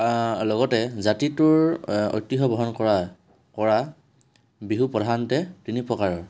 লগতে জাতিটোৰ ঐতিহ্য বহন কৰা কৰা বিহু প্ৰধানতে তিনি প্ৰকাৰৰ